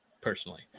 personally